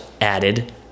added